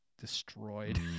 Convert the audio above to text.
destroyed